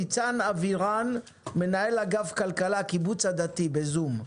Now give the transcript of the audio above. ניצן אבירן, מנהל אגף כלכלה בקיבוץ הדתי, בזום.